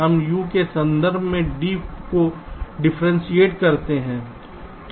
हम U के संबंध में D को डिफरेंटशिएट करते हैं